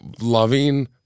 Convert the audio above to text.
loving